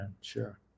sure